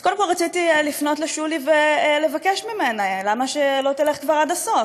אז קודם כול רציתי לפנות לשולי ולבקש ממנה: למה שלא תלך כבר עד הסוף?